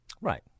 Right